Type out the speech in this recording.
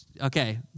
Okay